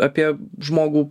apie žmogų